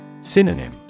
Synonym